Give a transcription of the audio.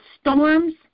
storms